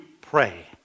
pray